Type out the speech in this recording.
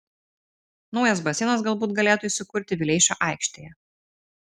naujas baseinas galbūt galėtų įsikurti vileišio aikštėje